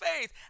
faith